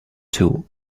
two